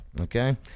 okay